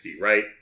right